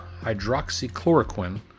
hydroxychloroquine